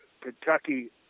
Kentucky